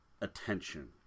attention